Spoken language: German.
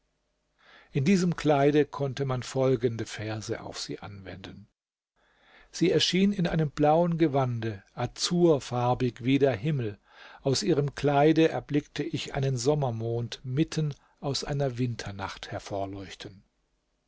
in diesem kleide konnte man folgende verse auf sie anwenden sie erschien in einem blauen gewande azurfarbig wie der himmel aus ihrem kleide erblickte ich einen sommermond mitten aus einer winternacht